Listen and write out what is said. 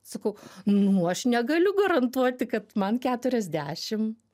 sakau nu aš negaliu garantuoti kad man keturiasdešim